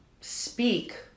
Speak